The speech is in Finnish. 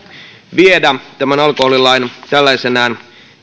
viedä tämän alkoholilain tällaisenaan